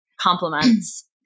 compliments